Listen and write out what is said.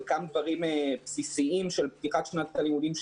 חלקם דברים בסיסיים של פתיחת שנת הלימודים,